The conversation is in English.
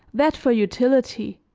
that for utility,